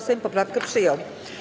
Sejm poprawkę przyjął.